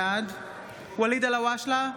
בעד ואליד אלהואשלה,